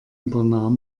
übernahm